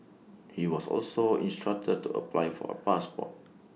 he was also instructed to apply for A passport